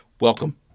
welcome